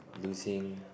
loosing